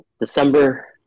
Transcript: December